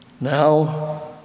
Now